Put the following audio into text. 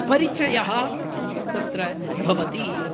परिचयः तत्र भवति